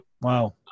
Wow